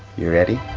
you ready?